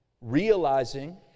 realizing